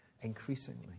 increasingly